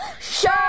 Sure